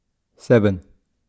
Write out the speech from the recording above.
seven